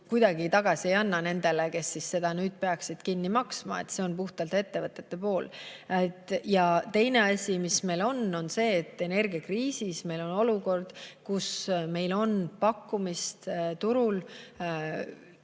kuidagi tagasi ei anna nendele, kes peaksid nüüd seda kinni maksma. See on puhtalt ettevõtete pool. Teine asi, mis meil on, on see, et energiakriisis on meil olukord, kus meil on pakkumist